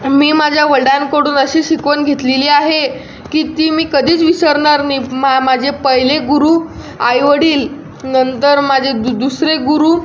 मी माझ्या वडिलांकडून अशी शिकवण घेतलेली आहे की ती मी कधीच विसरणार नाही मा माझे पहिले गुरु आईवडील नंतर माझे दु दुसरे गुरु